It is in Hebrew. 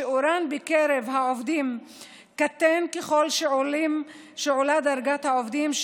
שיעורן בקרב העובדים קטן ככל שעולה דרגת העובדים,